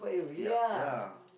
ya ya